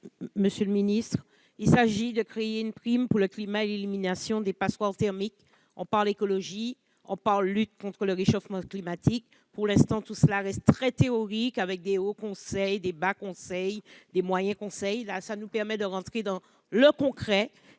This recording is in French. Catherine Conconne. Il s'agit de créer une prime pour le climat et l'élimination des passoires thermiques. On parle d'écologie, de lutte contre le réchauffement climatique, mais pour l'instant tout cela reste très théorique, avec des hauts conseils, des bas conseils, des moyens conseils ... Nous avons l'occasion d'entrer dans du concret.